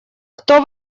кто